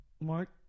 Mark